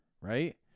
Right